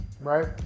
right